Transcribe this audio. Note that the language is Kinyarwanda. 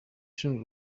ushinzwe